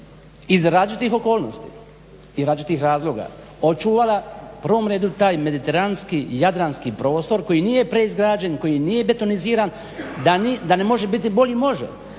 iz različitih okolnosti, iz različitih razloga očuvala u provom redu taj mediteranski, jadranski prostor koji nije preizgrađen, koji nije betoniziran. Da ne može biti bolji, može,